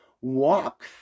walk